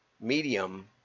medium